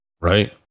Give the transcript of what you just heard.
Right